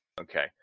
Okay